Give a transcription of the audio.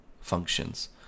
functions